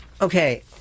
Okay